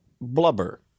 blubber